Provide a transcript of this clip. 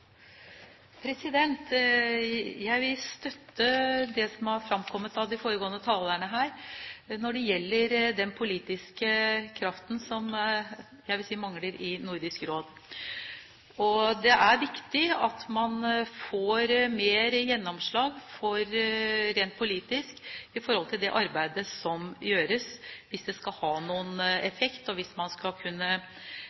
Jeg vil støtte det som har fremkommet fra de foregående talerne her når det gjelder den politiske kraften som jeg vil si mangler i Nordisk Råd. Det er viktig at man får mer gjennomslag rent politisk i forhold til det arbeidet som gjøres, hvis det skal ha noen